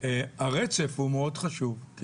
הרצף הוא מאוד חשוב.